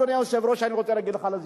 אדוני היושב-ראש, אני רוצה להגיד לך, לזכותך.